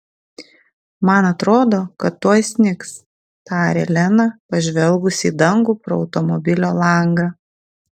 man atrodo kad tuoj snigs tarė lena pažvelgus į dangų pro automobilio langą